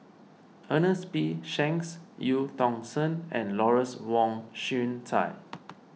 Ernest P Shanks Eu Tong Sen and Lawrence Wong Shyun Tsai